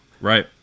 right